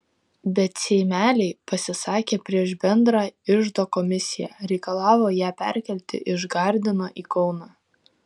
bet seimeliai pasisakė prieš bendrą iždo komisiją reikalavo ją perkelti iš gardino į kauną